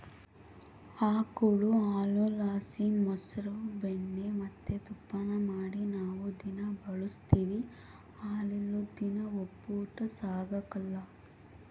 ಆಕುಳು ಹಾಲುಲಾಸಿ ಮೊಸ್ರು ಬೆಣ್ಣೆ ಮತ್ತೆ ತುಪ್ಪಾನ ಮಾಡಿ ನಾವು ದಿನಾ ಬಳುಸ್ತೀವಿ ಹಾಲಿಲ್ಲುದ್ ದಿನ ಒಪ್ಪುಟ ಸಾಗಕಲ್ಲ